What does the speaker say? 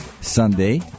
Sunday